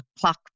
Clock